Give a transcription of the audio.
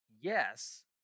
yes